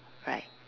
right